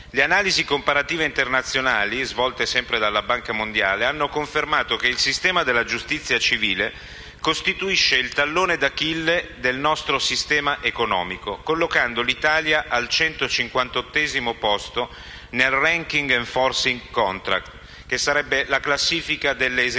Le analisi comparative internazionali svolte dalla Banca mondiale hanno confermato che il sistema della giustizia civile costituisce il tallone d'Achille del nostro sistema economico, collocando l'Italia al 158° posto nell'e*nforcing contracts* *rank* (la classifica di esecuzione